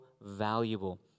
valuable